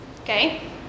Okay